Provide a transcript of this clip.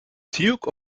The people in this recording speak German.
duke